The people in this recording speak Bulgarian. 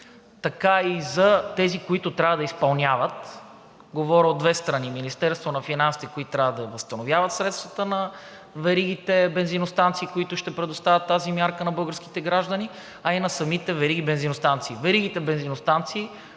така и за тези, които трябва да изпълняват. Говоря от две страни – Министерството на финансите, които трябва да възстановяват средствата на веригите бензиностанции, които ще предоставят тази мярка на българските граждани, а и на самите вериги бензиностанции.